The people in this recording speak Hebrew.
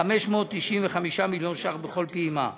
595 מיליון ש"ח בכל פעימה.